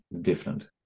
different